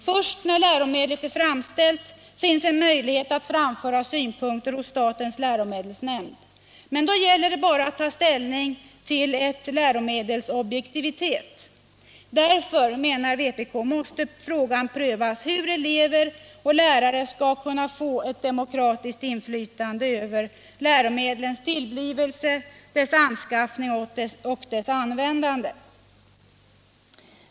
Först när läromedlet är framställt finns en möjlighet att framföra synpunkter hos statens läromedelsnämnd. Men då gäller det bara att ta ställning till ett läromedels objektivitet. Därför, menar vpk, måste det ske en prövning av frågan om hur elever och lärare skall kunna få ett demokratiskt inflytande över läromedlens tillblivelse, deras anskaffning och deras användande.